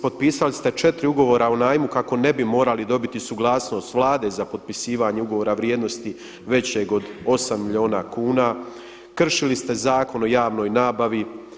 Potpisali ste 4 ugovora o najmu kako ne bi morali dobiti suglasnost Vlade za potpisivanje ugovora vrijednosti većeg od 8 milijuna kuna, kršili ste Zakon o javnoj nabavi.